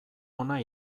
ona